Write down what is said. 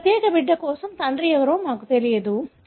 ఈ ప్రత్యేక బిడ్డ కోసం తండ్రి ఎవరో మాకు తెలియదు